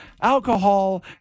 alcohol